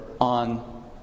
on